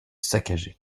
saccagé